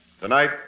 Tonight